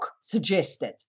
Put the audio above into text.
suggested